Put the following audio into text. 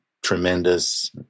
tremendous